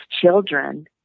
children